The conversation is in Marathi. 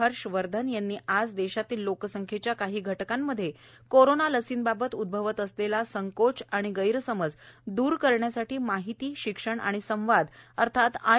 हर्ष वर्धन यांनी आज देशातील लोकसंख्येच्या काही घटकांमध्ये कोरोना लसीबाबत उद्गवत असलेला संकोच आणि गैरसमज दुर करण्यासाठी माहिती शिक्षण आणि संवाद अर्थात आय